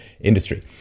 industry